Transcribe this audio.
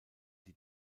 die